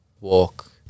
walk